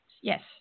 Yes